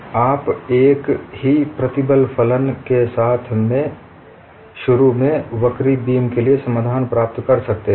तो आप एक ही प्रतिबल फलन के साथ शुरू में वक्री बीम के लिए समाधान प्राप्त कर सकते हैं